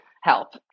help